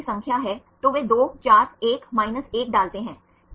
कक्षा में चर्चा किए गए विभिन्न सॉफ़्टवेयर कौन से हैं